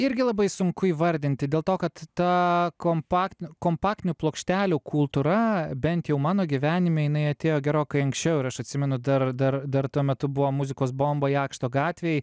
irgi labai sunku įvardinti dėl to kad ta kompaktin kompaktinių plokštelių kultūra bent jau mano gyvenime jinai atėjo gerokai anksčiau ir aš atsimenu dar dar dar tuo metu buvo muzikos bomba jakšto gatvėj